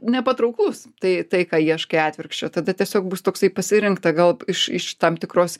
nepatrauklus tai tai ką ieškai atvirkščio tada tiesiog bus toksai pasirinkta gal iš iš tam tikros